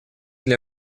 для